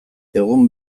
egun